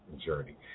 journey